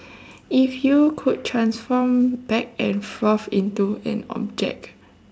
if you could transform back and forth into an object